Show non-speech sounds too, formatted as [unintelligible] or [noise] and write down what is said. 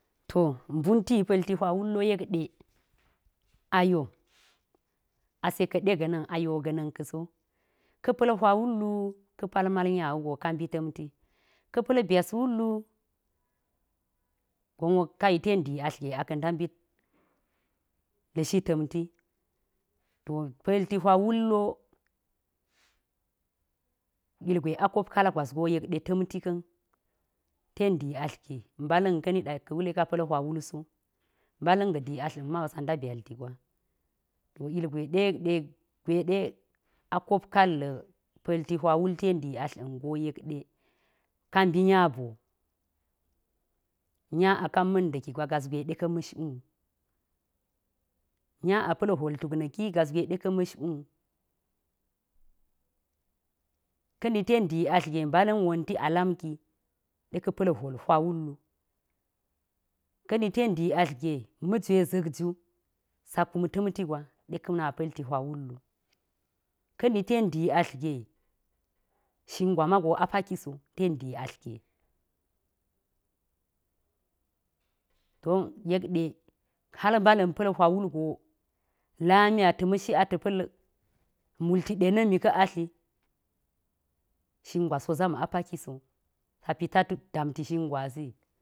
To, mbunti pa̱lti hwa wul wo yek ɗe [unintelligible] ase kaɗe ga̱na̱n ayo go ga̱na̱n ka̱ so. Ka̱ pa̱l hwa wullu ka pal mal nya wugo ka kum ta̱mti, ka̱ pa̱l byas wullu gon wo kai ten dii atl ge aka̱ nda mbit la̱shi ta̱mti. [unintelligible] Pa̱lti hwa wullo ilgwe a kop kal gwas go yek ɗe ta̱mti ka̱n ten dii atl ge mbala̱n ka̱ niɗa yek ka̱ wule ka pa̱l hwa wul so, mbala̱n ga̱ dii atl ga̱n ma wu sa nda byalti gwa. To ilgwe ɗe yek ɗe gwe ɗe a kop kaalla̱ pa̱lti hwa wul ten dii atlla̱n go yek ɗe ka mbi nya boo, nya a kan ma̱nda̱ki gwa gas gwe ɗe ka̱ ma̱sh wu. Nya pa̱l hwol tuk na̱ki gas gwe ɗe ka̱ ma̱sh wu. Ka̱ni ten dii atl ge mbala̱n wonti a lamkii ɗe ka̱ pa̱l hwol hwa wullu. ka̱ni ten dii atl ge, ma̱jwe za̱k ju sa kum ta̱mti gwa ɗe ka̱ na palti hwa wullu. Ka̱ni ten dii atl ge shin mago a paki so ten dii atl ge don yek ɗe hal mbala̱n pa̱l hwa wul go lami ata̱ ma̱shi ata̱m pa̱l multi ɗe na̱mi ka̱ atli shin gwas wo zam a paki so sa pita tu daamti shin gwasi.